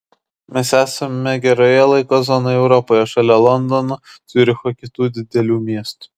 mes esame geroje laiko zonoje europoje šalia londono ciuricho kitų didelių miestų